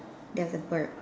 there's a bird